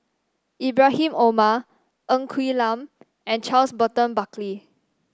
Ibrahim Omar Ng Quee Lam and Charles Burton Buckley